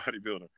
bodybuilder